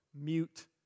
mute